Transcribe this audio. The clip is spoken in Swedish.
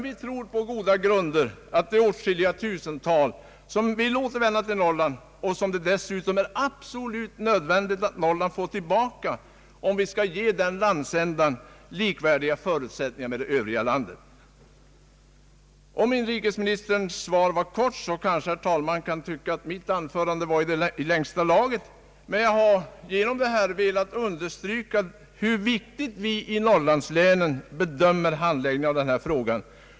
Vi tror dock på goda grunder att det är åtskilliga tusental som vill återvända till Norrland och som det är absolut nödvändigt att Norrland får tillbaka, om vi skall ge den landsändan likvärdiga förutsättningar med det övriga landet. Om inrikesministerns svar var kort, kanske, herr talman det kan tyckas att mitt anförande är i längsta laget. Jag har emellertid med mitt anförande velat understryka hur viktig vi i Norrlandslänen anser att handläggningen av denna fråga är.